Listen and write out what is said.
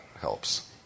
helps